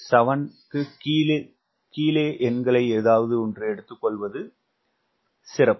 7 க்கு கீழுள்ள எண்களை எடுத்துக்கொள்வது சிறப்பு